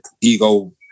ego